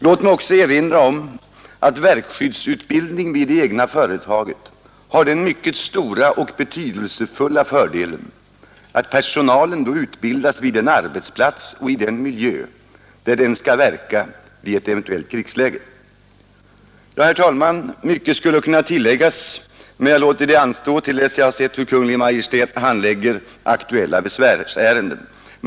Låt mig också erinra om att verkskyddsutbildningen i det egna företaget har den mycket stora och betydelsefulla fördelen att personalen då utbildas vid den arbetsplats och i den miljö där den skall verka i ett eventuellt krigsläge. Herr talman! Mycket skulle kunna tilläggas, men jag låter det anstå tills jag sett hur Kungl. Maj:t handlägger aktuella besvärsärenden.